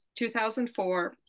2004